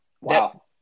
Wow